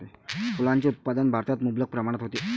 फुलांचे उत्पादन भारतात मुबलक प्रमाणात होते